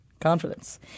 confidence